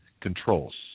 controls